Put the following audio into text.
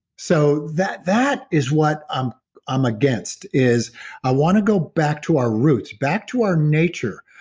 so that that is what i'm i'm against is i want to go back to our roots back to our nature,